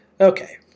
Okay